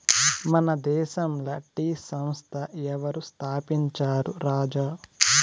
మన దేశంల టీ సంస్థ ఎవరు స్థాపించారు రాజా